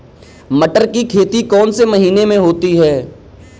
मटर की खेती कौन से महीने में होती है?